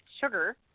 sugar